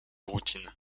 routine